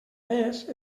més